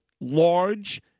large